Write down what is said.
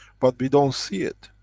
but we don't see it.